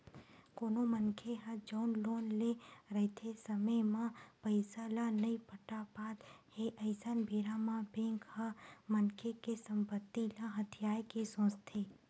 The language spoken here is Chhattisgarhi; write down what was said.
कोनो मनखे ह जउन लोन लेए रहिथे समे म पइसा ल नइ पटा पात हे अइसन बेरा म बेंक ह मनखे के संपत्ति ल हथियाये के सोचथे